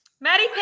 Maddie